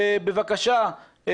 בבקשה,